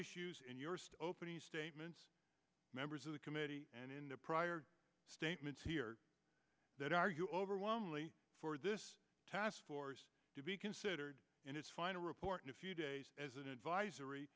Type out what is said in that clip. issues in your opening statements members of the committee and in the prior statements here that argue overwhelmingly for this task force to be considered in its final report in a few days as an advisory